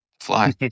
Fly